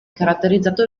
caratterizzato